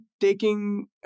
taking